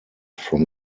from